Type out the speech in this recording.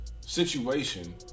situation